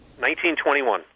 1921